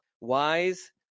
wise